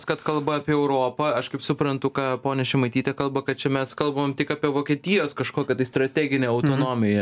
kad kalba apie europą aš kaip suprantu ką ponia šimaitytė kalba kad čia mes kalbam tik apie vokietijos kažkokią tai strateginę autonomiją